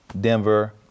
denver